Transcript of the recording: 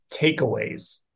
takeaways